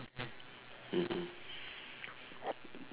mmhmm